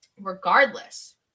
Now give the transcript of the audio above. regardless